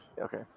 okay